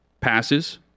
passes